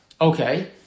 Okay